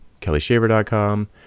KellyShaver.com